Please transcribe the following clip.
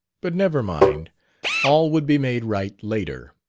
but never mind all would be made right later.